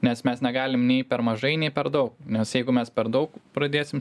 nes mes negalim nei per mažai nei per daug nes jeigu mes per daug pradėsim